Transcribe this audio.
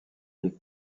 les